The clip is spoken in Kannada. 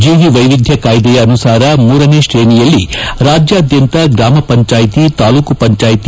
ಜೀವಿ ವೈವಿಧ್ಯ ಕಾಯಿದೆಯ ಅನುಸಾರ ಮೂರನೇ ತ್ರೇಣಿಯಲ್ಲಿ ರಾಜ್ಯಾದ್ದಂತ ಗ್ರಾಮ ಪಂಚಾಯ್ತಿ ತಾಲೂಕು ಪಂಚಾಯ್ತಿ